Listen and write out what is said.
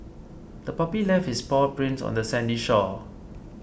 the puppy left its paw prints on the sandy shore